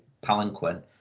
Palanquin